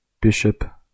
Bishop